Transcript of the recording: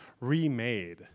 remade